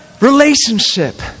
relationship